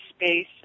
space